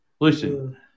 listen